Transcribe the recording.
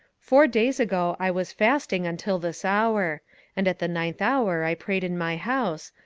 four days ago i was fasting until this hour and at the ninth hour i prayed in my house,